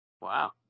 wow